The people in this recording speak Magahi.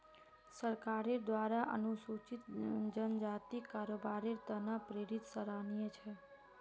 सरकारेर द्वारा अनुसूचित जनजातिक कारोबारेर त न प्रेरित सराहनीय छ